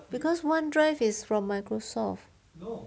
because OneDrive is from Microsoft